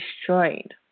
destroyed